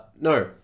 No